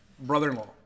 brother-in-law